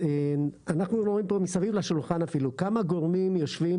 אנחנו רואים פה מסביב לשולחן אפילו כמה גורמים יושבים